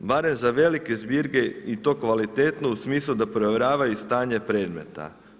Barem za velike zbirke i to kvalitetno u smislu da provjeravaju stanje predmeta.